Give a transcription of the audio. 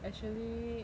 actually